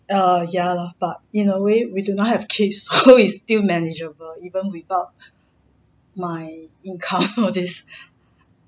err ya lah but in a way we do not have kids so is still manageable even without my income all this